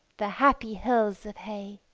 the happy hills of hay!